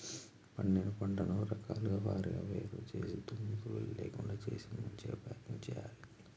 పండిన పంటను రకాల వారీగా వేరు చేసి దుమ్ము ధూళి లేకుండా చేసి మంచిగ ప్యాకింగ్ చేయాలి